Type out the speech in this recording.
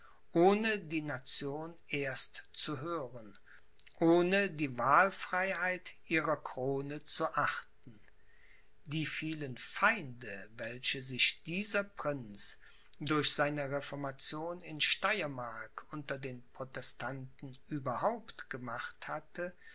ohne die nation erst zu hören ohne die wahlfreiheit ihrer krone zu achten die vielen feinde welche sich dieser prinz durch seine reformation in steyermark unter den protestanten überhaupt gemacht hatte